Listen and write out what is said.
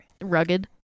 rugged